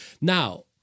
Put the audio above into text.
Now